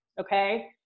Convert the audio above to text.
okay